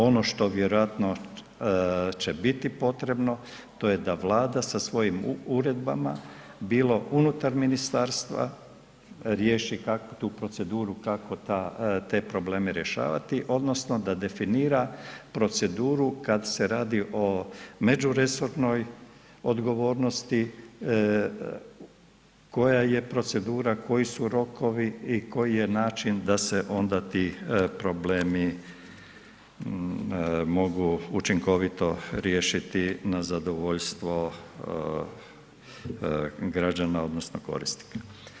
Ono što vjerojatno će biti potrebno, to je da Vlada sa svojim uredbama bilo unutar Ministarstva, riješi ... tu proceduru kako te probleme rješavati, odnosno da definira proceduru kad se radi o međuresornoj odgovornosti, koja je procedura, koji su rokovi i koji je način da se onda ti problemi mogu učinkovito riješiti na zadovoljstvo građana odnosno korisnika.